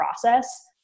process